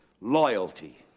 loyalty